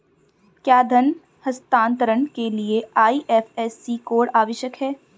क्या धन हस्तांतरण के लिए आई.एफ.एस.सी कोड आवश्यक है?